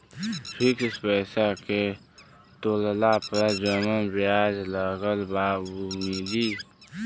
Fix पैसा के तोड़ला पर जवन ब्याज लगल बा उ मिली?